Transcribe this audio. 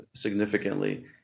significantly